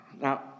Now